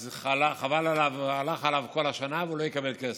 אז כל השנה הלכה והוא לא יקבל כסף,